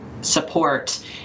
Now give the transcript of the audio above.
support